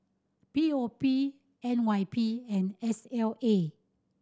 P O P N Y P and S L A